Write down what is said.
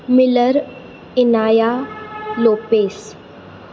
Miller Inaya Lopez